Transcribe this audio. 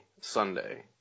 Sunday